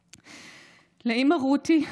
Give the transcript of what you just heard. היום, לאימא רותי,